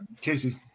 Casey